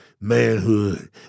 manhood